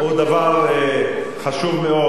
ישראל חסון הוא גם,